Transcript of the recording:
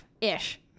Ish